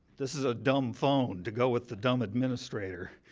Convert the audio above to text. this is a dumb phone to go with the dumb administrator,